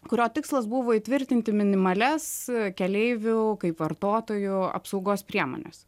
kurio tikslas buvo įtvirtinti minimalias keleivių kaip vartotojų apsaugos priemones